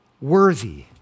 worthy